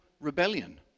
rebellion